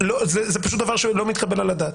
זה פשוט דבר שהוא לא מתקבל על הדעת.